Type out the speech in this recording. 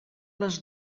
les